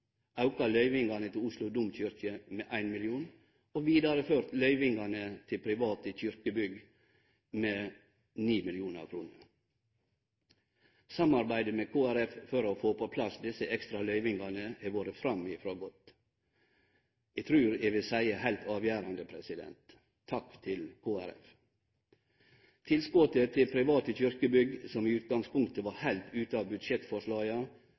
Oslo domkyrkje med 1 mill kr. Vi har vidareført løyvingane til private kyrkjebygg med 9 mill. kr. Samarbeidet med Kristeleg Folkeparti for å få på plass desse ekstra løyvingane har vore framifrå godt, eg trur eg vil seie heilt avgjerande. Takk til Kristeleg Folkeparti. Tilskotet til private kyrkjebygg, som i utgangspunktet var heilt ute av budsjettforslaga,